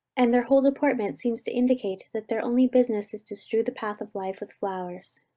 and their whole deportment seems to indicate that their only business is to strew the path of life with flowers.